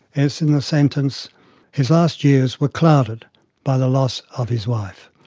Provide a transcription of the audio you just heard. as in the sentence his last years were clouded by the loss of his wife.